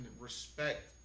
respect